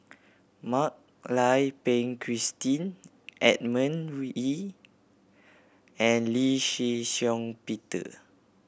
Mak Lai Peng Christine Edmund Wee and Lee Shih Shiong Peter